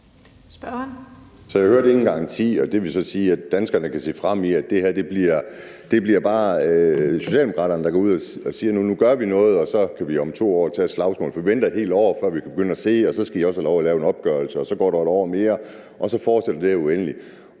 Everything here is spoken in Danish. jeg hørte ingen garanti for det, og det vil så sige, at danskerne kan se frem til, at det her bare bliver Socialdemokraterne, der går ud og siger, at man nu gør noget, og vi så om 2 år kan tage et slagsmål om det. For vi venter et helt år, før vi kan begynde at se det, og så skal I også have lov til at lave en opgørelse, og så går der et år mere, og så fortsætter det i det